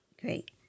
Great